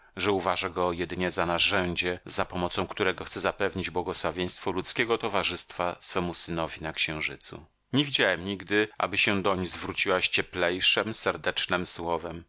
że uważa go jedynie za narzędzie za pomocą którego chce zapewnić błogosławieństwo ludzkiego towarzystwa swemu synowi na księżycu nie widziałem nigdy aby się doń zwróciła z cieplejszem serdecznem słowem